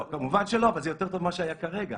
כמובן שלא אבל זה יותר טוב ממה שהיה כרגע.